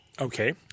Okay